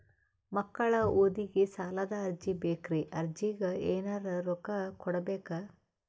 ಮಕ್ಕಳ ಓದಿಗಿ ಸಾಲದ ಅರ್ಜಿ ಬೇಕ್ರಿ ಅರ್ಜಿಗ ಎನರೆ ರೊಕ್ಕ ಕೊಡಬೇಕಾ?